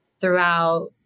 throughout